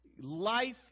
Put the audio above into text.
life